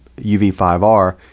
UV5R